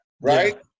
right